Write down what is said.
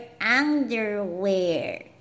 underwear